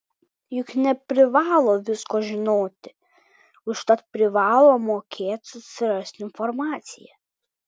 juk neprivalo visko žinoti užtat privalo mokėt surasti informaciją